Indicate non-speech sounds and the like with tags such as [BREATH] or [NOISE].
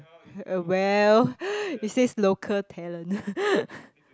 uh well [BREATH] it says local talent [LAUGHS]